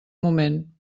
moment